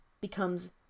becomes